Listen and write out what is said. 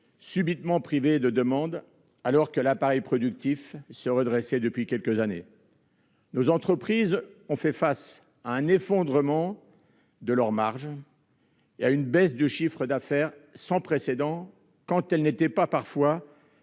subitement privées de demande alors que l'appareil productif se redressait depuis quelques années. Nos entreprises ont fait face à un effondrement de leurs marges et à une baisse de chiffre d'affaires sans précédent, quand elles n'étaient pas tout